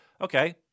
okay